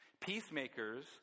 Peacemakers